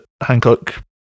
Hancock